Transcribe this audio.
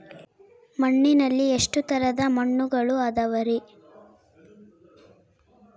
ಮಣ್ಣಿನಲ್ಲಿ ಎಷ್ಟು ತರದ ಮಣ್ಣುಗಳ ಅದವರಿ?